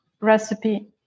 recipe